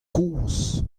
kozh